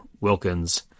Wilkins